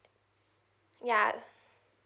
ya